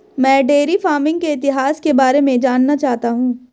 मैं dairy farming के इतिहास के बारे में जानना चाहता हूं